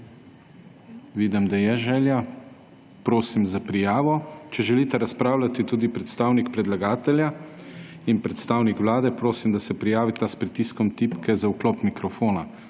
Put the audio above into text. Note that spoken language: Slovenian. Vidim, da je želja. Prosim za prijavo. Če želite razpravljati, tudi predstavnik predlagatelja in predstavnik vlade, prosim, da se prijavita s pritiskom tipke za vklop mikrofona.